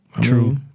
True